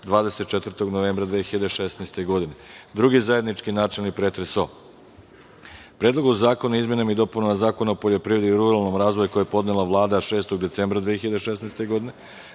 24. novembra 216. godine. Drugi, zajednički načelni pretres o: Predlogu zakona o izmenama i dopunama Zakona o poljoprivredi i ruralnom razvoju, koji je podnela Vlada, 6. decembra 2016. godine;